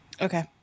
Okay